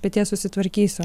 peties susitvarkysiu